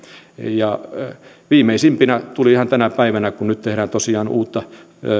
viimeisimpänä tuli ihan tänä päivänä kun nyt tehdään tosiaan uutta